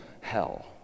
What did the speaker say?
hell